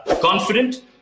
confident